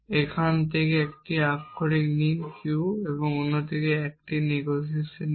এখান থেকে একটি আক্ষরিক নিন Q অন্য 1 থেকে নেগেশান নিন